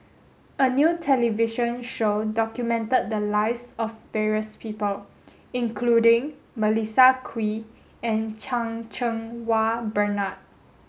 a new television show documented the lies of various people including Melissa Kwee and Chan Cheng Wah Bernard